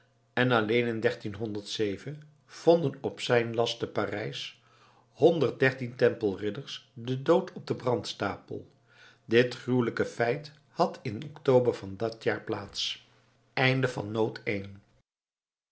en alleen in vonden op zijn last te parijs honderddertien tempelridders den dood op den brandstapel dit gruwelijke feit had in october van dat jaar plaats